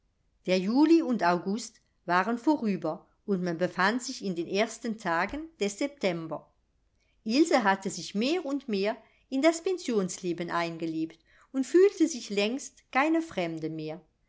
der juli und august waren vorüber und man befand sich in den ersten tagen des september ilse hatte sich mehr und mehr in das pensionsleben eingelebt und fühlte sich längst keine fremde mehr